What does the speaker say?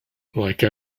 like